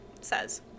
says